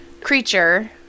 creature